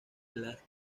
las